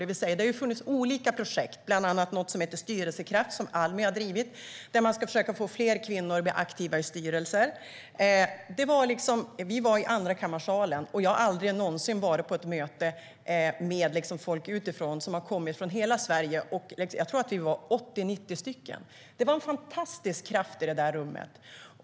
Det har funnits olika projekt, bland annat ett som heter Styrelsekraft som Almi har drivit där man ska försöka att få fler kvinnor att bli aktiva i styrelser. Vi var i Andrakammarsalen, och jag har aldrig någonsin varit på ett möte med folk från hela Sverige - jag tror att vi var 80-90 personer. Det var en fantastisk kraft i salen.